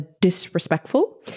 disrespectful